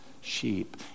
sheep